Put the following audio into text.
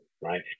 right